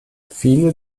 viele